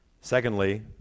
Secondly